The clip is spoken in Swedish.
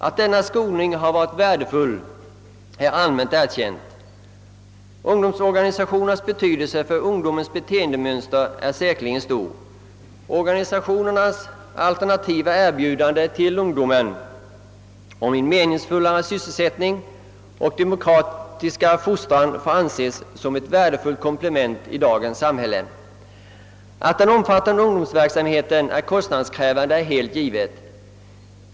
Att denna skolning har varit värdefull är allmänt erkänt. Ungdomsorganisationernas betydelse för ungdomens beteendemönster är säkerligen stor. Organisationernas alternativa erbjudande till ungdomen om en mera meningsfull sysselsättning och en demokratisk fostran får anses som ett värdefullt komplement i dagens samhälle. Att den omfattande ungdomsverksamheten är kostnadskrävande är helt givet.